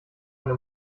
eine